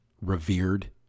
revered